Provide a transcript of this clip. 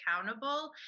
accountable